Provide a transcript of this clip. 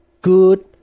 good